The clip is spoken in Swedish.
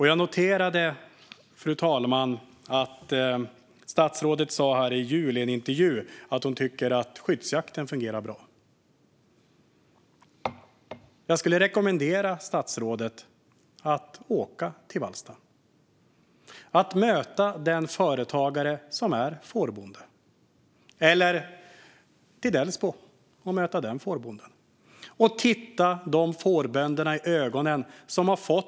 Jag noterade, fru talman, att statsrådet i julas sa i en intervju att hon tycker att skyddsjakten fungerar bra. Jag skulle rekommendera statsrådet att åka till Vallsta eller Delsbo, möta företagare som är fårbönder och har fått rovdjursattacker och titta dem i ögonen.